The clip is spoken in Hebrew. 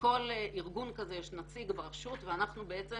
לכל ארגון כזה יש נציג ברשות ואנחנו בעצם